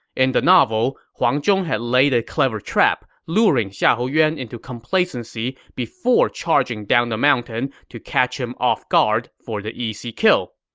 in the novel, huang zhong had laid a clever trap, luring xiahou yuan into complacency before charging down the mountain to catch him off guard for the easy kill.